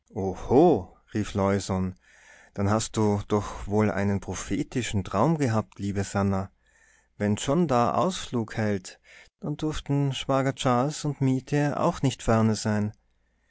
leusohn dann hast du doch wohl einen prophetischen traum gehabt liebe sannah wenn john da auslug hält dann dürften schwager charles und mietje auch nicht ferne sein